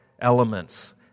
elements